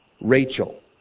Rachel